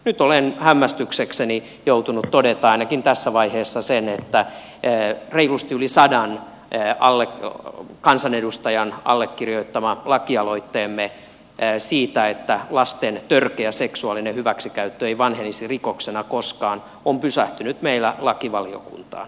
nyt olen hämmästyksekseni joutunut toteamaan ainakin tässä vaiheessa sen että reilusti yli sadan kansanedustajan allekirjoittama lakialoitteemme siitä että lasten törkeä seksuaalinen hyväksikäyttö ei vanhenisi rikoksena koskaan on pysähtynyt meillä lakivaliokuntaan